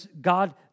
God